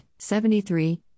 73